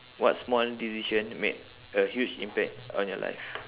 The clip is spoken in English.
what small decision made a huge impact on your life